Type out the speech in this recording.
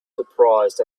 surprised